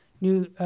New